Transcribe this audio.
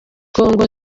congo